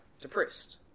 depressed